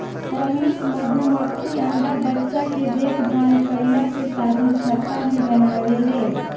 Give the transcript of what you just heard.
श्रमिक मधुमक्खी अंडा बच्चा के देखभाल कईला के साथे छत्ता भी बनावेले